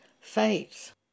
faith